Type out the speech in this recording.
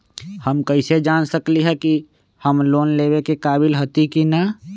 हम कईसे जान सकली ह कि हम लोन लेवे के काबिल हती कि न?